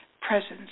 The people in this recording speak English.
presence